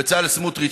בצלאל סמוטריץ,